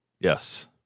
Yes